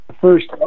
First